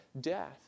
death